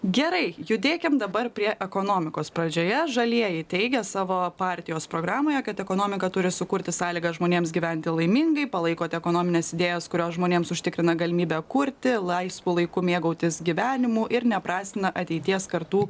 gerai judėkim dabar prie ekonomikos pradžioje žalieji teigia savo partijos programoje kad ekonomika turi sukurti sąlygas žmonėms gyventi laimingai palaikot ekonomines idėjas kurios žmonėms užtikrina galimybę kurti laisvu laiku mėgautis gyvenimu ir neprastina ateities kartų